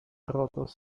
rotos